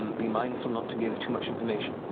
um be mindful not to give too much information.